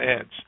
ads